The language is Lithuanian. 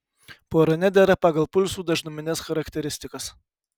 pora nedera pagal pulsų dažnumines charakteristikas